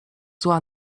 zła